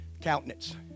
countenance